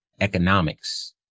economics